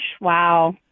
Wow